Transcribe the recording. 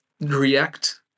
react